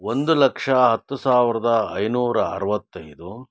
ಒಂದು ಲಕ್ಷ ಹತ್ತು ಸಾವಿರದ ಐನೂರ ಅರವತ್ತೈದು